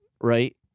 right